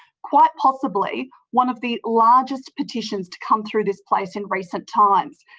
quite possibly one of the largest petitions to come through this place in recent times.